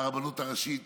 הרבנות הראשית